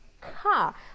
car